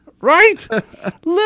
right